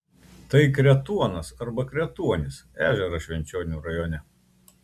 tai kretuonas arba kretuonis ežeras švenčionių rajone